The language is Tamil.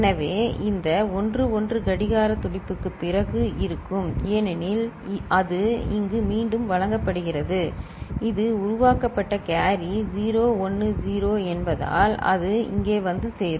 எனவே இந்த 1 1 கடிகார துடிப்புக்குப் பிறகு இருக்கும் ஏனெனில் அது இங்கு மீண்டும் வழங்கப்படுகிறது இது உருவாக்கப்பட்ட கேரி 0 10 என்பதால் அது இங்கே வந்து சேரும்